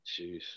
Jeez